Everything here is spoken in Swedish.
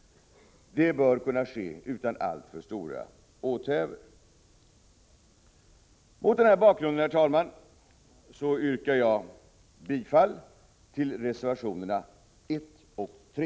Detta bör kunna ske utan alltför stora åthävor. Mot denna bakgrund, herr talman, yrkar jag bifall till reservationerna 1 och 3.